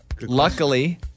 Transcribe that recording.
luckily